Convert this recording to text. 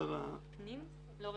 שר הפנים ושר